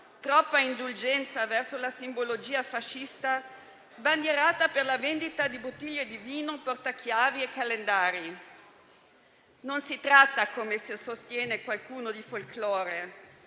troppa indulgenza verso la simbologia fascista, sbandierata per la vendita di bottiglie di vino, portachiavi e calendari. Non si tratta, come sostiene qualcuno, di folklore: